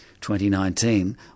2019